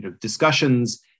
discussions